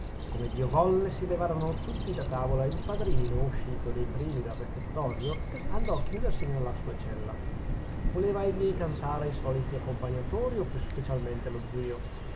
come dio volle si levarono tutti da tavola e il padrino uscito dei primi dal refettorio andò a chiudersi nella sua cella voleva egli cansare i soliti accompagnatori o più specialmente lo zio